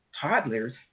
toddlers